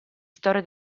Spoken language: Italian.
storia